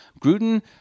Gruden